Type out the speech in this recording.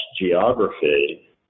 geography